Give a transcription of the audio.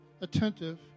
attentive